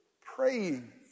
Praying